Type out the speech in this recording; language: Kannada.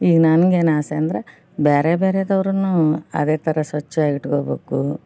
ಈಗ ನನ್ಗೇನು ಆಸೆ ಅಂದರೆ ಬೇರೆ ಬೇರೆಯವ್ರನ್ನೂ ಅದೇ ಥರ ಸ್ವಚ್ವಾಗಿ ಇಟ್ಕೋಳ್ಬೇಕು